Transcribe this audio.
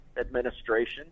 administration